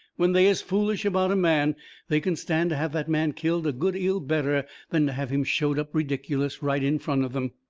when they is foolish about a man they can stand to have that man killed a good eal better than to have him showed up ridiculous right in front of them.